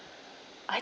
I